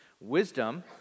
Wisdom